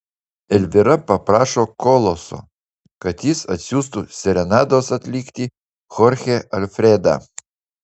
elvyra paprašo koloso kad jis atsiųstų serenados atlikti chorchę alfredą